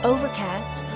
Overcast